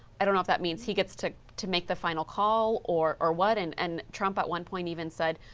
i don't know if that means he gets to to make the final call or or what, and and trump at one point even said,